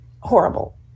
horrible